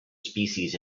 species